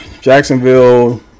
Jacksonville